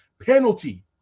Penalty